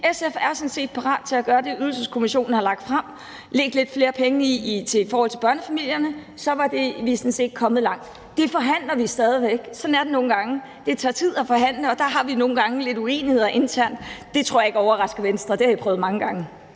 SF sådan set er parat til at gøre det, Ydelseskommissionen har lagt frem, og lægge lidt flere penge i forhold til børnefamilierne; så var vi sådan set kommet langt. Det forhandler vi stadig væk. Sådan er det nogle gange. Det tager tid at forhandle, og der har vi nogle gange lidt uenigheder internt. Det tror jeg ikke overrasker Venstre. Det har I prøvet mange gange.